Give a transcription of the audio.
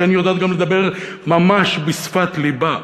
לכן היא יודעת גם לדבר ממש בשפת לבה.